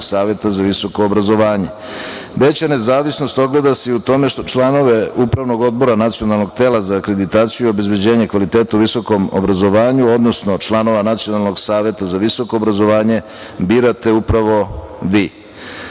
saveta za visoko obrazovanje. Veća nezavisnost ogleda se i u tome što članove Upravnog odbora Nacionalnog tela za akreditaciju i obezbeđenje kvaliteta u visokom obrazovanju, odnosno članova Nacionalnog saveta za visoko obrazovanje birate upravo